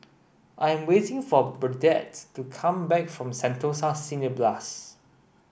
I am waiting for Burdette to come back from Sentosa Cineblast